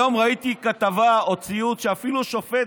היום ראיתי כתבה או ציוץ שאפילו שופט